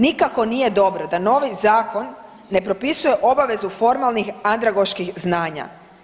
Nikako nije dobro da novi zakon ne propisuje obavezu formalnih andragoških znanja.